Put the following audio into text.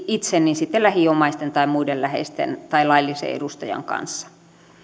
itse niin sitten lähiomaisten tai muiden läheisten tai laillisen edustajan kanssa